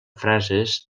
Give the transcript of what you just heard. frases